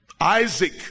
Isaac